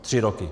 Tři roky.